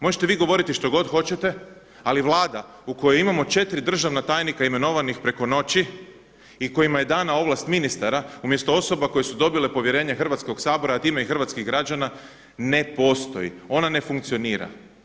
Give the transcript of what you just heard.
Možete vi govoriti što god hoćete, ali Vlada u kojoj imamo četiri državna tajnika imenovanih preko noći i kojima je dana ovlast ministara umjesto osoba koje su dobile povjerenje Hrvatskog sabora, a time i hrvatskih građana, ne postoji, ona ne funkcionira.